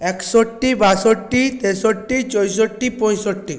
একষট্টি বাষট্টি তেষট্টি চৌষট্টি পঁয়ষট্টি